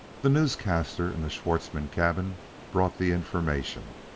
the newscaster in the schwartzmann cabin brought the information.